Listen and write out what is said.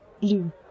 blue